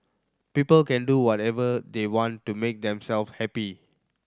people can do whatever they want to make themselves happy